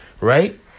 right